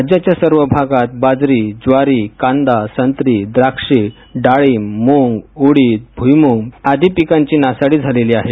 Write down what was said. राज्याच्या सर्वच भागात बाजरी ज्वारी कांदा संत्री द्राक्षे डाळिंब मूग उडीद भुईमूग करडई आदी पिकांची नासाडी झालेली आहे